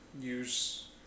use